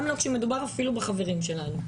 גם לא כשמדובר אפילו בחברים שלנו.